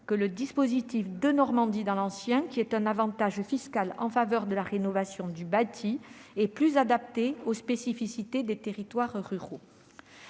que le dispositif Denormandie dans l'ancien, qui est un avantage fiscal en faveur de la rénovation du bâti, est plus adapté aux spécificités des territoires ruraux.